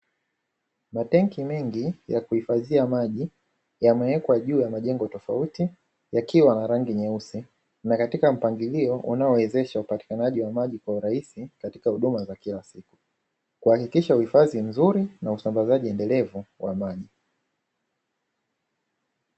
Matenki mengi ya kuhifadhia maji yamewekwa juu ya majengo tofauti, yakiwa na rangi nyeusi na katika mpangilio unaowezesha upatikanaji wa maji kwa urahisi katika huduma za kila siku kuhakikisha uhifadhi mzuri na usambazaji endelevu wa maji.